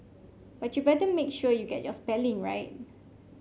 but you better make sure you get your spelling right